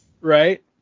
right